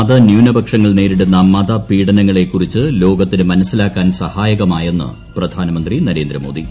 മതന്യൂനപക്ഷങ്ങൾ നേരിടുന്ന മതപീഡനങ്ങളെ കുറിച്ച് ലോകത്തിന് മനസിലാക്കാൻ സഹായകമായെന്ന് പ്രധാനമന്ത്രി നരേന്ദ്രമോദി